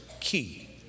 key